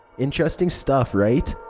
interesting stuff, right?